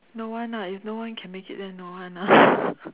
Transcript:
no one ah if no one can make it then no one ah